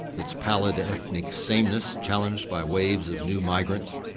its pallid ethnic sameness challenged by waves of new migrants,